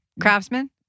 craftsman